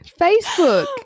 Facebook